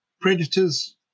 predators